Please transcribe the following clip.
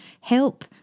help